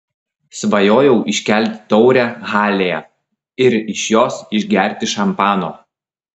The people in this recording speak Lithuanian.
svajojau iškelti taurę halėje ir iš jos išgerti šampano